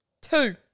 Two